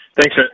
thanks